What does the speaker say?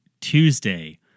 Tuesday